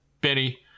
Benny